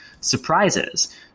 surprises